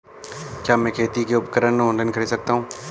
क्या मैं खेती के उपकरण ऑनलाइन खरीद सकता हूँ?